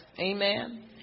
amen